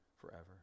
forever